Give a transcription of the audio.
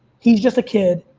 he's just a kid.